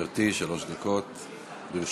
בבקשה, גברתי, שלוש דקות לרשותך.